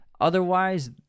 otherwise